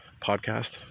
podcast